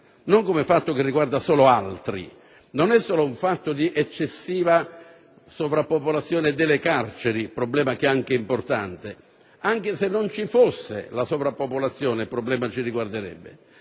non come fatto che riguarda solo altri. Non è solo un fatto di eccessiva sovrappopolazione delle carceri, problema anch'esso importante. Anche se non ci fosse la sovrappopolazione il problema ci riguarderebbe,